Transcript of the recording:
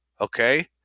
okay